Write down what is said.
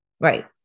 Right